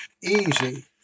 easy